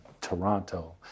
Toronto